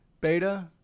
beta